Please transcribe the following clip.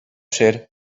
ser